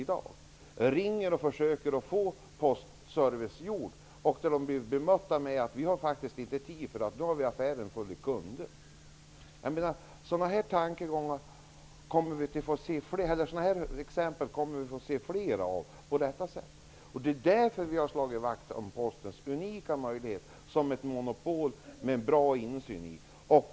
När människor ringer dit för att få postärenden uträttade får de höra att man inte har tid med det, eftersom man har affären full av kunder. Sådana exempel kommer vi på detta sätt att få se fler av. Det är därför vi har slagit vakt om Postens unika möjligheter som ett monopolföretag med bra insyn i.